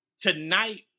Tonight